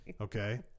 Okay